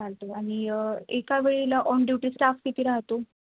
चालतो आणि एका वेळेला ऑन ड्युटी स्टाफ किती राहतो